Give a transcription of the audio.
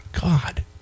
God